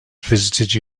visited